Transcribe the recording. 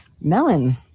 melon